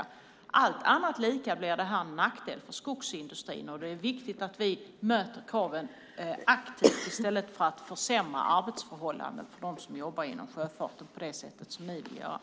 Om allt annat är lika blir detta en nackdel för skogsindustrin. Det är viktigt att vi möter kraven aktivt i stället för att försämra arbetsförhållandena för dem som arbetar inom sjöfarten på det sätt som ni vill göra.